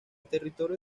territorio